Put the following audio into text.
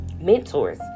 mentors